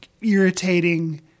irritating